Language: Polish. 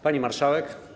Pani Marszałek!